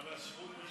אבל הסכום נשמר.